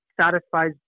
satisfies